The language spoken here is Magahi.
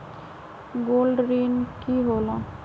गोल्ड ऋण की होला?